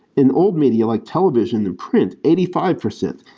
in old media, like television and print, eighty five percent.